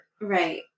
Right